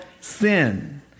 sin